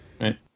Right